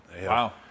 wow